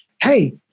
hey